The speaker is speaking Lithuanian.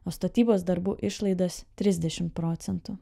o statybos darbų išlaidas trisdešimt procentų